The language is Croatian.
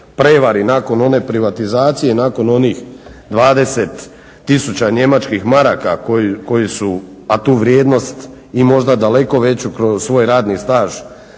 prevari nakon one privatizacije, nakon onih 20 tisuća njemačkih maraka koji su a tu vrijednost i možda daleko veću kroz svoj radni staž